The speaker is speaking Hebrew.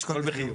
נשקול בחיוב.